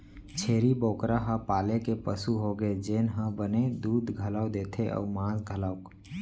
छेरी बोकरा ह पाले के पसु होगे जेन ह बने दूद घलौ देथे अउ मांस घलौक